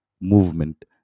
movement